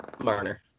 Marner